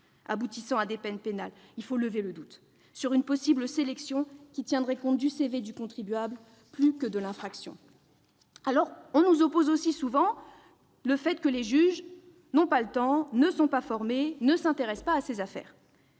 aboutissant à des peines pénales. Il faut lever le doute sur une possible sélection qui tiendrait compte du CV du contribuable plus que de l'infraction. On nous oppose aussi souvent que les juges n'ont pas le temps, ne sont pas formés, ne s'intéressent pas à ces affaires.